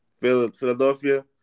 Philadelphia